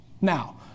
Now